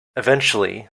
eventually